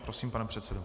Prosím, pane předsedo.